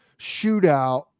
shootout